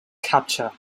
capture